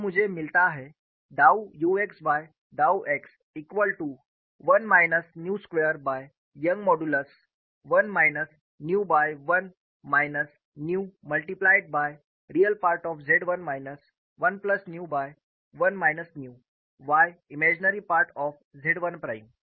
तो मुझे मिलता है del u x by del x equal to 1 minus nu square by Young modulus 1 minus nu by 1 minus nu multiplied by real part of Z 1 minus 1 plus nu by 1 minus nu y imaginary part of Z 1 prime